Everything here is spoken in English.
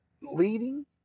leading